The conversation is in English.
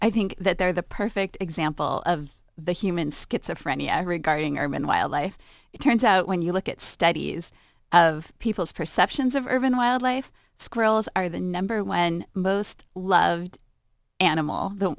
i think that they're the perfect example of the human schizophrenia regarding urban wildlife it turns out when you look at studies of people's perceptions of urban wildlife squirrels are the number when most loved animal the